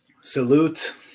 Salute